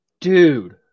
Dude